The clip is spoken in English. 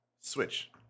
switch